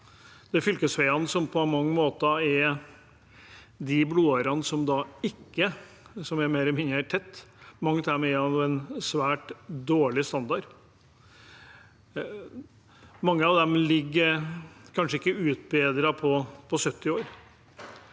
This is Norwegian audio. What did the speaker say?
Det er fylkesveiene som på mange måter er de blodårene som er mer eller mindre tette. Mange av dem er av en svært dårlig standard. Mange av dem er kanskje ikke utbedret på 70 år,